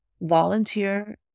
volunteer